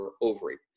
ovary